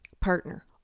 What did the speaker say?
Partner